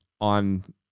on